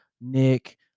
Nick